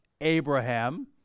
Abraham